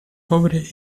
pobre